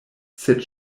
sed